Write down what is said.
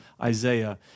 Isaiah